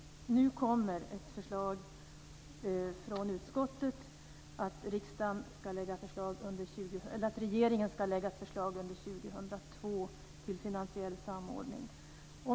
Nu kommer ett initiativ från utskottet att regeringen under 2002 ska lägga fram ett förslag till finansiell samordning.